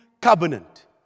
covenant